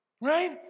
Right